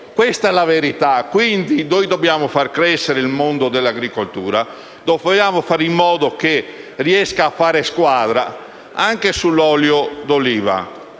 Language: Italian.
questa è la verità. Quindi noi dobbiamo far crescere il mondo dell'agricoltura e dobbiamo fare in modo che riesca a fare squadra. Anche sull'olio d'oliva,